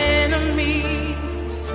enemies